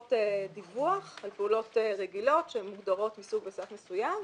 חובות דיווח על פעולות רגילות שמוגדרות מסוג בסף מסוים,